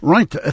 Right